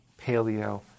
paleo